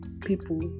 People